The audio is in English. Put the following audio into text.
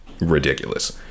ridiculous